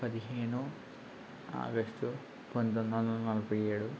పదిహేను ఆగస్టు పంతొమ్మిది వందల నలభై ఏడు